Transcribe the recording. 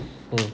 mm